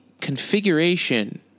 configuration